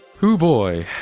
hooh boy.